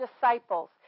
disciples